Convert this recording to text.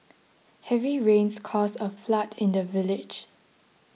heavy rains caused a flood in the village